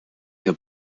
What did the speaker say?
der